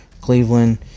Cleveland